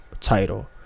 title